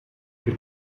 wir